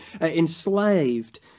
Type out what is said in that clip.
enslaved